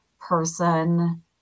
person